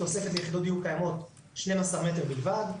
תוספת יחידות דיור קיימות 12 מטר בלבד,